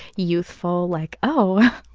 youthful, like oh!